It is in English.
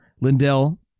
Lindell